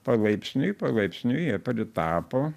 palaipsniui palaipsniui jie pritapo